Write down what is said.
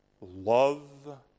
love